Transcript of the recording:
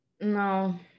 No